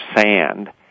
sand